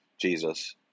Jesus